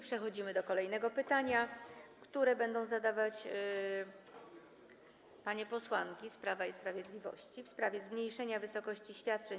Przechodzimy do kolejnego pytania, które będą zadawać panie posłanki z Prawa i Sprawiedliwości, w sprawie zmniejszenia wysokości świadczeń